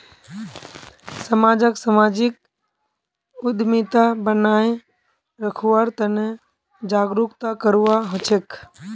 समाजक सामाजिक उद्यमिता बनाए रखवार तने जागरूकता करवा हछेक